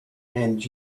and